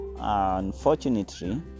unfortunately